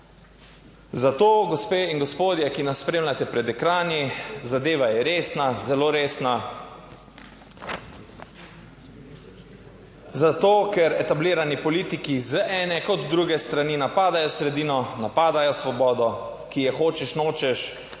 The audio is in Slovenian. Zato, gospe in gospodje, ki nas spremljate pred ekrani, zadeva je resna, zelo resna. Zato, ker etablirani politiki z ene kot z druge strani napadajo sredino, napadajo svobodo, ki je hočeš nočeš